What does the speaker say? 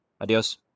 Adios